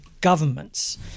governments